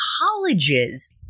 colleges